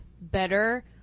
better